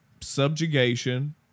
subjugation